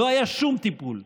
לא היה שום טיפול.